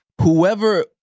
whoever